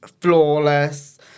flawless